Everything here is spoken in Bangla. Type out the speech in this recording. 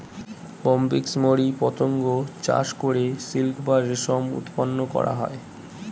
বম্বিক্স মরি পতঙ্গ চাষ করে সিল্ক বা রেশম উৎপন্ন করা হয়